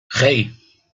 hey